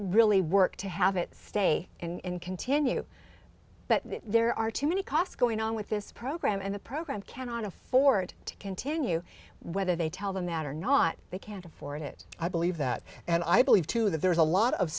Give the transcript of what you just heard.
really work to have it stay and continue but there are too many costs going on with this program and the program cannot afford to continue whether they tell them that or not they can't afford it i believe that and i believe too that there's a lot of